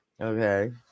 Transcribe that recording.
Okay